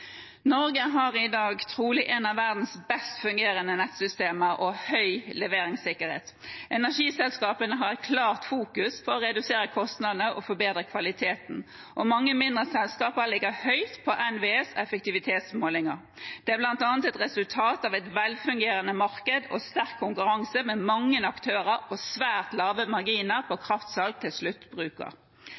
Norge har i dag trolig et av verdens best fungerende nettsystemer og høy leveringssikkerhet. Energiselskapene har et klart fokus på å redusere kostnader og forbedre kvaliteten, og mange mindre selskaper ligger høyt på NVEs effektivitetsmålinger. Det er bl.a. et resultat av et velfungerende marked, sterk konkurranse med mange aktører og svært lave marginer på kraftsalg til